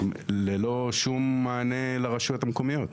ללא שום מענה לרשויות המקומיות.